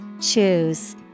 Choose